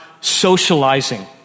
socializing